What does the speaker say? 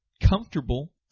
comfortable